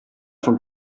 von